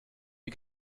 die